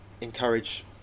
encourage